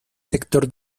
sector